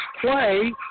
play